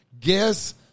Guess